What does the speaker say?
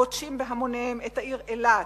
גודשים בהמוניהם את העיר אילת,